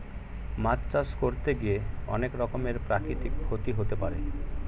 মাছ চাষ করতে গিয়ে অনেক রকমের প্রাকৃতিক ক্ষতি হতে পারে